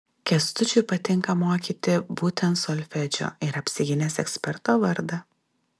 kęstučiui patinka mokyti būtent solfedžio yra apsigynęs eksperto vardą